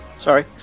Sorry